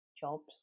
jobs